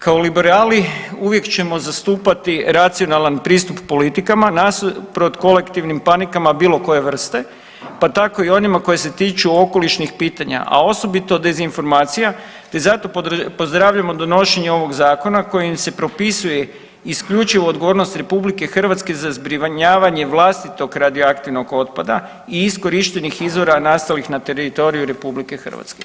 Kao liberali uvijek ćemo zastupati racionalan pristup politikama nasuprot kolektivnim panikama bilo koje vrste, pa tako i onima koji se tiču okolišnih pitanja, a osobito dezinformacija, te zato pozdravljamo donošenje ovog zakona kojim se propisuje isključivo odgovornost RH za zbrinjavanje vlastitog radioaktivnog otpada i iskorištenih izvora nastalih na teritoriju RH.